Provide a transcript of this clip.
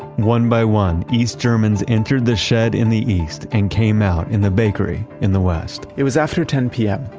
one by one, east germans entered the shed in the east and came out in the bakery in the west it was after ten pm.